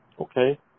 Okay